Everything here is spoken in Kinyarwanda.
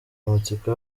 amatsiko